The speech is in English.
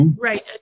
Right